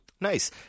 Nice